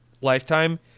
lifetime